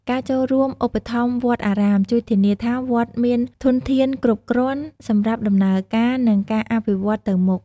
ការចូលរួមឧបត្ថម្ភវត្តអារាម ជួយធានាថាវត្តមានធនធានគ្រប់គ្រាន់សម្រាប់ដំណើរការ និងការអភិវឌ្ឍទៅមុខ។